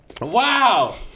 Wow